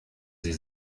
sie